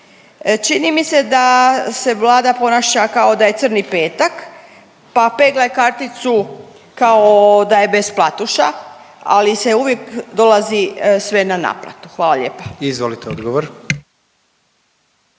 Čini mi se da se Vlada ponaša kao da je crni petak pa peglaj karticu kao da je besplatuša, ali se uvijek dolazi sve na naplatu. Hvala lijepa. **Jandroković,